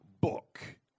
book